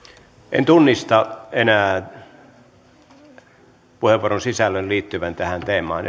en tunnista enää puheenvuoron sisällön liittyvän tähän teemaan